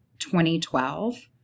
2012